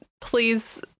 please